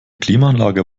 klimaanlage